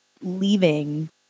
leaving